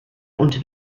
und